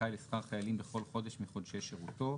זכאי לשכר חיילים בכל חודש מחודשי שירותו.